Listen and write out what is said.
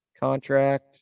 contract